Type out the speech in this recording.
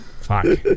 Fuck